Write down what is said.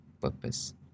purpose